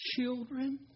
children